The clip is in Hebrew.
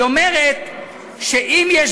היא אומרת שאם יש